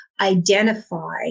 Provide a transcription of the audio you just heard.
identify